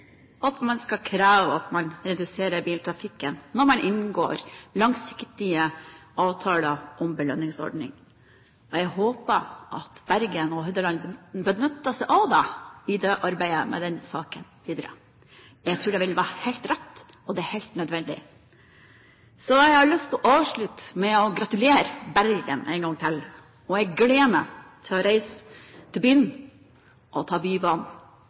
at man skal kreve at man reduserer biltrafikken når man inngår langsiktige avtaler om belønningsordninger. Jeg håper at Bergen og Hordaland benytter seg av det i arbeidet med denne saken videre. Jeg tror det ville være helt rett og helt nødvendig. Jeg har lyst til å avslutte med å gratulere Bergen én gang til. Jeg gleder meg til å reise til byen og ta Bybanen.